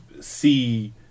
see